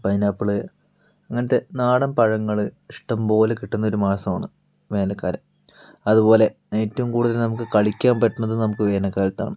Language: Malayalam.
പൈനാപ്പിള് അങ്ങനത്തെ നാടൻ പഴങ്ങള് ഇഷ്ട്ടം പോലെ കിട്ടുന്നൊരു മാസമാണ് വേനൽക്കാലം അതുപോലെ ഏറ്റവും കൂടുതല് നമുക്ക് കളിക്കാന് പറ്റുന്നത് നമുക്ക് വേനൽക്കാലത്താണ്